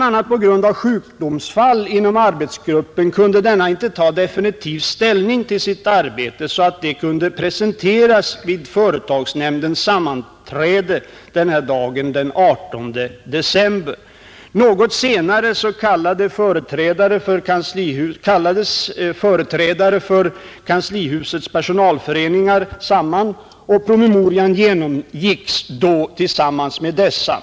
a. på grund av sjukdomsfall inom arbetsgruppen kunde denna inte ta definitiv ställning till sitt arbete, så att detta kunde presenteras vid företagsnämndens sammanträde den 18 december. Något senare kallades företrädare för kanslihusets personalföreningar samman, och promemorian genomgicks då tillsammans med dessa.